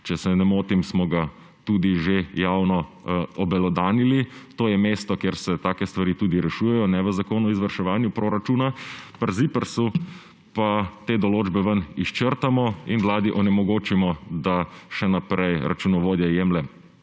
če se ne motim, smo ga tudi že javno obelodanili. To je mesto, kjer se take stvari tudi rešujejo, ne pa v zakonu o izvrševanju proračuna. Pri ZIPRS te določbe ven izčrtamo in vladi onemogočimo, da še naprej računovodja jemlje